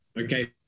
okay